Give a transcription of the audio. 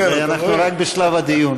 אנחנו רק בשלב הדיון,